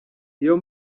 iyo